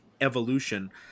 Evolution